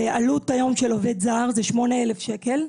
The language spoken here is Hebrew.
ועלות של עובד זר היום זה 8,000 שקלים,